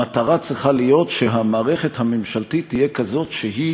המטרה צריכה להיות שהמערכת הממשלתית תהיה כזאת שהיא